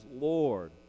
Lord